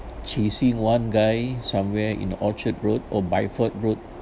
chasing one guy somewhere in orchard road or bideford road